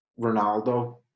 Ronaldo